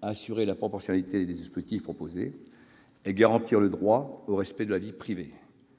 assurer la proportionnalité des dispositifs proposés et garantir le droit au respect de la vie privée